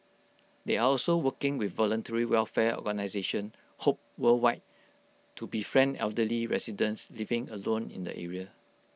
they are also working with voluntary welfare organisation hope worldwide to befriend elderly residents living alone in the area